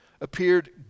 appeared